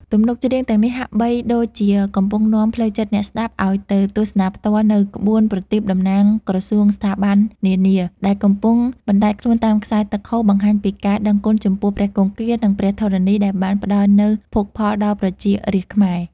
ទំនុកច្រៀងទាំងនេះហាក់បីដូចជាកំពុងនាំផ្លូវចិត្តអ្នកស្ដាប់ឱ្យទៅទស្សនាផ្ទាល់នូវក្បួនប្រទីបតំណាងក្រសួងស្ថាប័ននានា ដែលកំពុងបណ្តែតខ្លួនតាមខ្សែទឹកហូរ បង្ហាញពីការដឹងគុណចំពោះព្រះគង្គា និងព្រះធរណីដែលបានផ្តល់នូវភោគផលដល់ប្រជារាស្ត្រខ្មែរ។